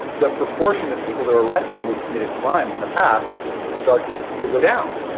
the proportion of people that arresting who have committed crimes in the past starts to go down.